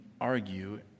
argue